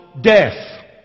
death